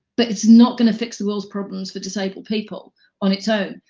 but it's not gonna fix the world's problems for disabled people on it's own.